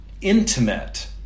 intimate